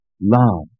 love